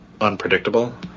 unpredictable